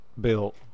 built